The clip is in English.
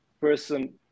person